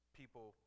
people